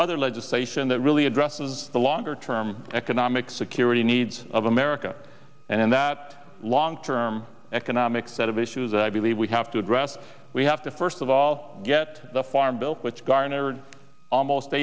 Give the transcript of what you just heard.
other legislation that really addresses the longer term economic security needs of america and that long term economic set of issues that i believe we have to address we have to first of all get the farm bill which garnered almost